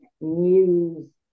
News